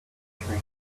country